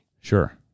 Sure